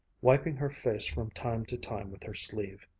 wiping her face from time to time with her sleeve.